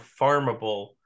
farmable